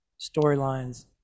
storylines